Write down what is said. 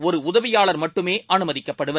ஒருஉதவியாளர் மட்டுமேஅமைதிக்கப்படுவர்